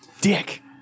Dick